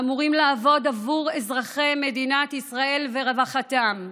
אמורים לעבוד עבור אזרחי מדינת ישראל ורווחתם,